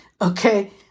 Okay